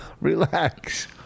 Relax